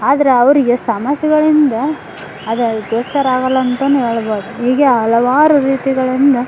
ಆದರೆ ಅವರಿಗೆ ಸಮಸ್ಯೆಗಳಿಂದ ಅದು ಗೋಚರ ಆಗೋಲ್ಲ ಅಂತಲೇ ಹೇಳ್ಬೋದು ಹೀಗೆ ಹಲವಾರು ರೀತಿಗಳಿಂದ